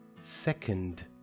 Second